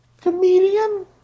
comedian